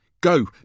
Go